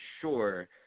sure